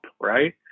right